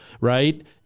right